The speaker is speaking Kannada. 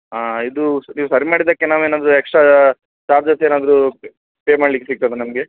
ಹಾಂ ಇದು ನೀವು ಸರಿ ಮಾಡಿದ್ದಕ್ಕೆ ನಾವು ಏನಾದರೂ ಎಕ್ಸ್ಟ್ರಾ ಚಾರ್ಜಸ್ ಏನಾದರೂ ಪೆ ಪೇ ಮಾಡ್ಲಿಕ್ಕೆ ಸಿಗ್ತದ ನಮಗೆ